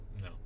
No